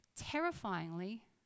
terrifyingly